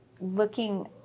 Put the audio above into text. looking